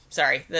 sorry